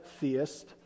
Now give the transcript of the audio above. theist